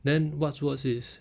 then what's worse is